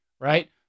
Right